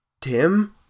Tim